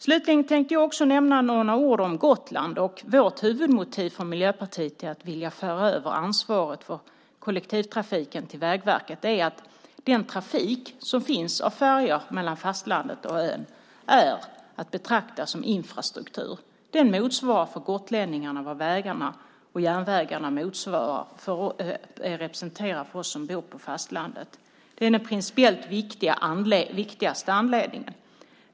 Jag ska slutligen säga något om Gotland. Miljöpartiets huvudmotiv för att vilja föra över ansvaret för kollektivtrafiken till Vägverket är att färjetrafiken mellan fastlandet och ön är att betrakta som infrastruktur. Den är för gotlänningarna vad vägarna och järnvägarna är för oss som bor på fastlandet. Det är den principiellt viktigaste anledningen.